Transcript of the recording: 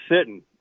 sitting